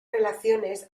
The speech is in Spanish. relaciones